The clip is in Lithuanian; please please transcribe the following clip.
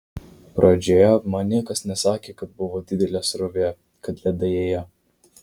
pradžioje man niekas nesakė kad buvo didelė srovė kad ledai ėjo